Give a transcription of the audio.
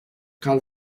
cal